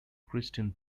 christian